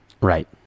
Right